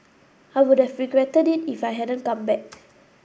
I would have regretted it if I hadn't come back